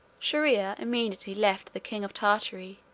shier-ear immediately left the king of tartary,